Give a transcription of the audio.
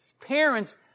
parents